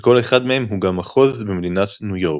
שכל אחד מהם הוא גם מחוז במדינת ניו יורק.